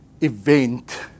event